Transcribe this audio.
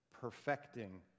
Perfecting